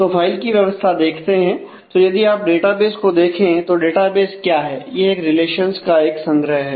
तो फाइल की व्यवस्था देखते हैं तो यदि आप डेटाबेस को देखें तो डेटाबेस क्या है यह एक रिलेशंस का एक संग्रह है